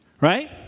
right